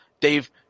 Dave